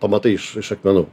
pamatai iš iš akmenų